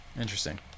Interesting